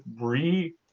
re